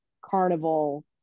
carnival